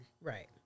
Right